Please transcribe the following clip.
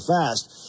fast